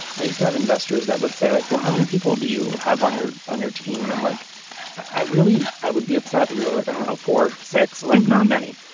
i used to have investors that would say like well how many people do you have on your on your team and i'm like i really i would be upset because like i don't know for sex like not many.